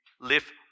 live